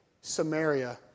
Samaria